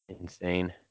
insane